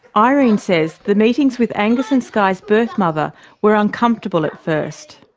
irene says the meetings with angus and skye's birth mother were uncomfortable at first.